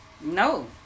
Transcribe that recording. No